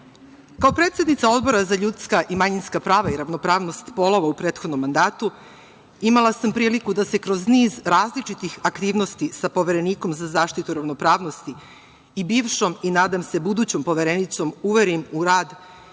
predsednica Odbora za ljudska i manjinska prava, ravnopravnost polova u prethodnom mandatu, imala sam priliku da kroz niz različitih aktivnosti sa Poverenikom za zaštitu ravnopravnosti i bivšom i nadam se budućom Poverenicom uverim u rad i